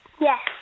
Yes